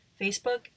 Facebook